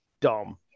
dumb